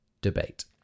debate